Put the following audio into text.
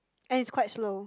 and it's quite slow